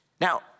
Now